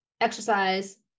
exercise